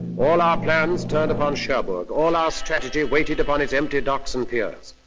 all our plans turned upon cherbourg, all our strategy waited upon its empty docks and piers.